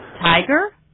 Tiger